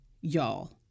y'all